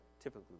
typically